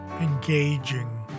engaging